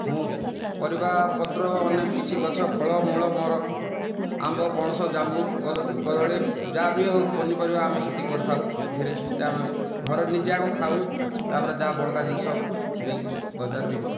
ମୁଁ ପରିବାପତ୍ର ଅନେକ କିଛି ଗଛ ଫଳ ମୂଳ ମୋର ଆମ୍ବ ପଣସ ଜାମ୍ବୁ କଦଳୀ ଯାହା ବି ହେଉ ପନିପରିବା ଆମେ ସେତିକି କରିଥାଉ ଧୀରେ ସୁସ୍ଥେ ଆମେ ଘରେ ନିଜେ ଆଗ ଖାଉ ତାପରେ ଯାହା ବଳକା ଜିନିଷ ନେଇକି ବଜାରରେ ବିକି ଥାଉ